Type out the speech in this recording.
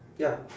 ya